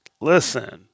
Listen